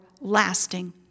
lasting